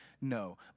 No